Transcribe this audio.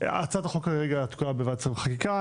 הצעת החוק כרגע תקועה בוועדת --- חקיקה,